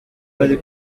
ari